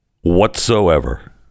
whatsoever